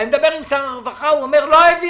אני מדבר עם שר הרווחה והוא אומר שלא העבירו.